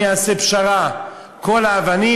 אני אעשה פשרה: כל האבנים,